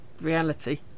reality